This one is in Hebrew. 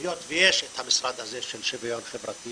היות שיש את המשרד הזה של שוויון חברתי